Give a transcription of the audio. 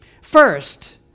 First